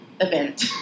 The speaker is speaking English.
event